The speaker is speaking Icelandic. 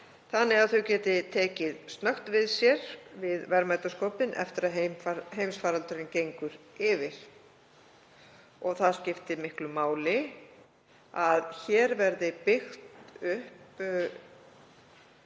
þannig að þau geti tekið snöggt við sér við verðmætasköpun eftir að heimsfaraldurinn gengur yfir. Það skiptir miklu máli að hér verði byggðu upp